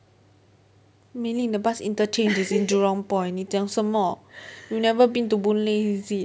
mainly the bus interchange is in jurong point 你讲什么 you never been to boon lay is it